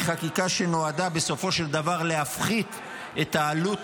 היא חקיקה שנועדה בסופו של דבר להפחית את העלות